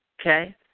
okay